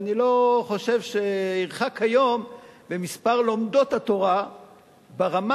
אני לא חושב שירחק היום שמספר לומדות התורה ברמה